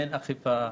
אין אכיפה,